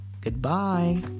Goodbye